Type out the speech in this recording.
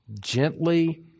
gently